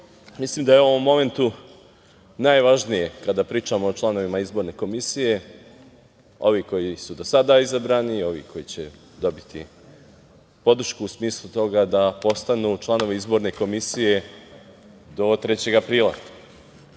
mislim da je u ovom momentu najvažnije, kada pričamo o članovima RIK, ovi koji su do sada izabrani i ovi koji će dobiti podršku u smislu toga da postanu članovi RIK do 3. aprila.S